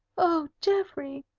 oh, geoffrey!